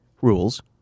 rules